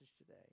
today